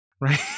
Right